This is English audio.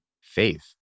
faith